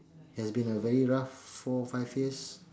has been a very rough four five years